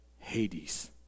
Hades